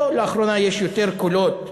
או, לאחרונה יש יותר קולות,